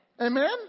Amen